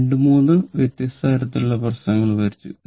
23 വ്യത്യസ്ത തരത്തിലുള്ള പ്രശ്നങ്ങൾ പരിഹരിച്ചു